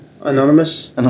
anonymous